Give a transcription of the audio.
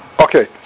Okay